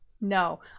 No